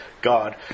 God